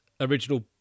original